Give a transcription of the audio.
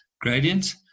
gradient